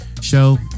show